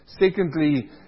Secondly